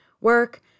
work